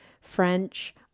French